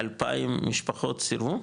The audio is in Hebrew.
2,000 משפחות סירבו?